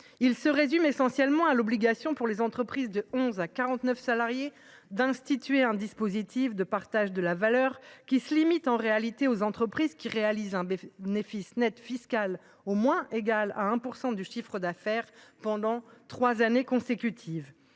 Il se résume essentiellement à l’obligation pour les entreprises de 11 à 49 salariés d’instituer un dispositif de partage de la valeur, limité en réalité aux entreprises qui réalisent un bénéfice net fiscal au moins égal à 1 % du chiffre d’affaires pendant trois années consécutives.